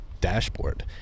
dashboard